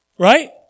Right